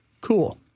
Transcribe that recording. Cool